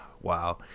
Wow